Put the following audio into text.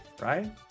right